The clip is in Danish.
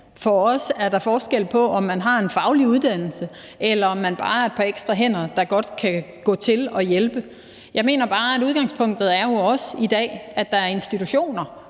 For os er der forskel på, om man har en faglig uddannelse, eller om man bare er et par ekstra hænder, der godt kan gå til og hjælpe. Jeg mener bare, at udgangspunktet jo også er i dag, at der er institutioner,